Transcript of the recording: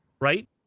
right